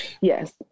Yes